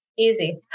Easy